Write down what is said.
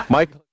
Mike